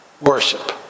worship